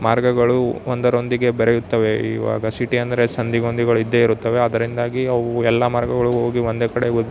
ಮಾರ್ಗಗಳು ಒಂದರೊಂದಿಗೆ ಬೆರೆಯುತ್ತವೆ ಇವಾಗ ಸಿಟಿ ಅಂದರೆ ಸಂಧಿ ಗೊಂದಿಗಳು ಇದ್ದೇ ಇರುತ್ತವೆ ಅದರಿಂದಾಗಿ ಅವು ಎಲ್ಲ ಮಾರ್ಗಗಳು ಹೋಗಿ ಒಂದೇ ಕಡೆ ಹೋಗಿ